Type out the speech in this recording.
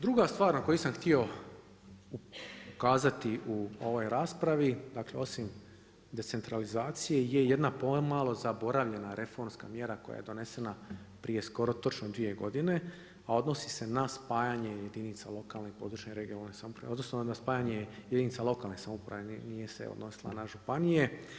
Druga stvar na koju sam htio ukazati u ovoj raspravi, dakle, osim decentralizacije je jedna pomalo zaboravljena reformska mjera koja je donesena prije skoro točno 2 godine, a odnosi se na spajanje jedinica lokalne i regionalne područne samouprave, odnosno, na spajanje jedinica lokalne samouprave, nije se odnosila na županije.